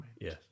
Yes